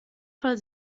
fall